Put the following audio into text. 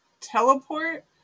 teleport